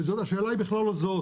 ובכלל, השאלה היא לא זאת.